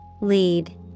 Lead